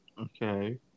Okay